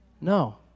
No